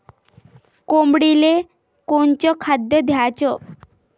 कोंबडीले कोनच खाद्य द्याच?